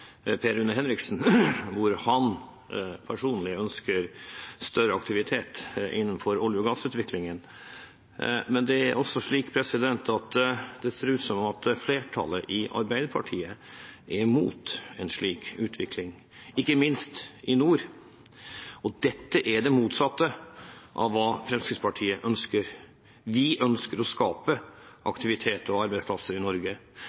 Per Rune Henriksen. Personlig ønsker han større aktivitet innenfor olje- og gassutviklingen, men det ser ut til at flertallet i Arbeiderpartiet er imot en slik utvikling, ikke minst i nord. Dette er det motsatte av hva Fremskrittspartiet ønsker. Vi ønsker å skape aktivitet og arbeidsplasser i Norge.